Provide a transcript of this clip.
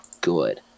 good